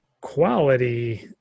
quality